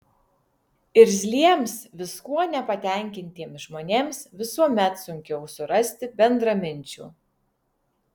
irzliems viskuo nepatenkintiems žmonėms visuomet sunkiau surasti bendraminčių